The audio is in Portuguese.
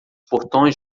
portões